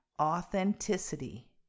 Authenticity